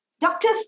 doctors